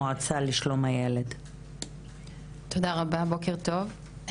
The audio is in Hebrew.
ואני חושבת שהעדויות ששמענו עד עכשיו,